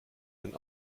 den